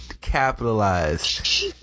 capitalize